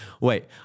wait